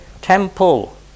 temple